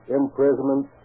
imprisonment